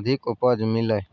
अधिक उपज मिले?